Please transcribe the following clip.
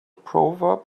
proverb